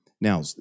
Now